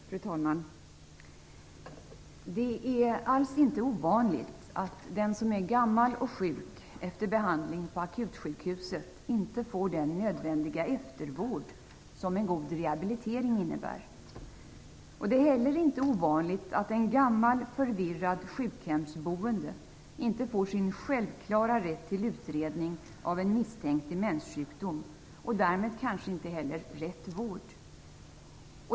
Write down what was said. Fru talman! Det är alls inte ovanligt att den som är gammal och sjuk efter behandling på akutsjukhuset inte får den nödvändiga eftervård som en god rehabilitering innebär. Det är heller inte ovanligt att en gammal, förvirrad sjukhemsboende inte får sin självklara rätt till utredning av en misstänkt demenssjukdom och därmed kanske inte heller rätt vård.